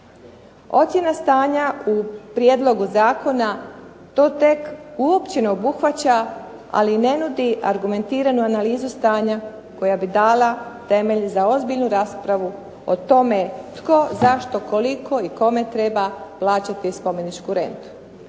Ocjena stanja u prijedlogu zakona to tek uopće ne obuhvaća, ali i ne nudi argumentiranu analizu stanja koja bi dala temelje za ozbiljnu raspravu o tome tko, zašto, koliko i kome treba plaćati spomeničku rentu.